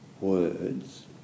words